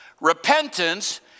Repentance